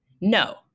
no